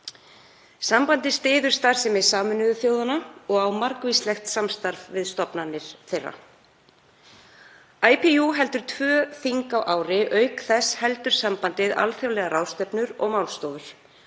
Sambandið styður starfsemi Sameinuðu þjóðanna og á margvíslegt samstarf við stofnanir þeirra. Sambandið heldur tvö þing á ári og auk þess heldur það alþjóðlegar ráðstefnur og málstofur,